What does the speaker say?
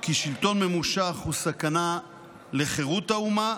כי שלטון ממושך הוא סכנה לחירות האומה